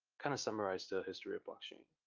kind of summarize the history of blockchain.